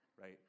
Right